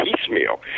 piecemeal